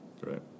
Right